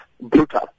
brutal